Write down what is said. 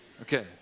Okay